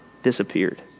Disappeared